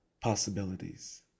possibilities